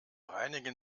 reinigen